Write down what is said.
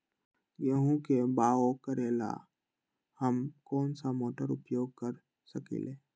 गेंहू के बाओ करेला हम कौन सा मोटर उपयोग कर सकींले?